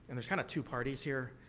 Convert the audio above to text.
and there's kind of two parties here.